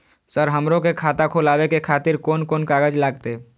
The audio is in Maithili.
सर हमरो के खाता खोलावे के खातिर कोन कोन कागज लागते?